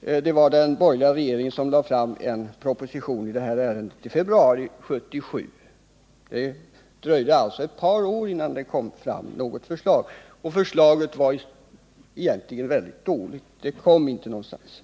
Den borgerliga regeringen lade så fram en proposition i februari 1977. Det dröjde alltså ett par år innan något förslag lades fram, och förslaget var dessutom egentligen mycket dåligt — det ledde inte någonstans.